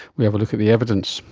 we have a look at the evidence.